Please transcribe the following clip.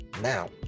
Now